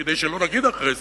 כדי שלא נגיד אחרי זה,